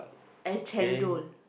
ice chendol